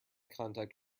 contact